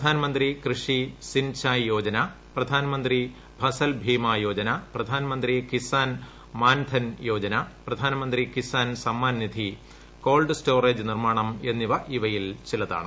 Pradhan Mantri Krishi Sinchai Yojana Pradhan Mantri Fasal Bima Yojana Pradhan Mantri Kisan Maandhan Yojana Pradhan Mantri Kisan Samman Nidhi cold storage നിർമ്മാണം എന്നിവ ഇവയിൽ ചിലതാണ്